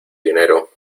dinero